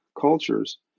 cultures